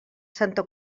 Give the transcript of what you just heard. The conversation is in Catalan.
santa